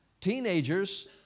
teenagers